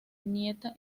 nieta